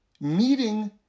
meeting